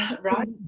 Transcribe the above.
right